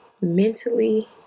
mentally